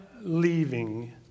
leaving